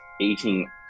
eating